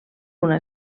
una